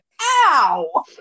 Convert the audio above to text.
Ow